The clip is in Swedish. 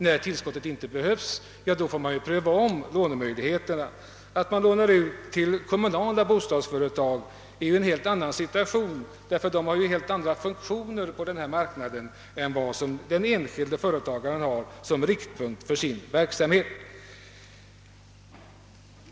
När tillskottet inte behövs, får man pröva om lånemöjligheterna. Att man lånar ut till kommunala bostadsföretag är ju en annan sak, ty de har helt andra funktioner på denna marknad än de enskilda företagen har som riktpunkt för sin verksamhet.